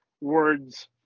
words